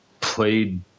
played